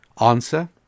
answer